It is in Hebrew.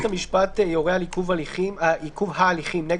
"החלטה בבקשה לעיכוב הליכים 319ז. (א)בית המשפט יורה